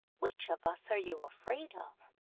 which of us are you afraid of,